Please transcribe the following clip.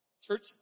church